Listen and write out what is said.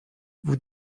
vous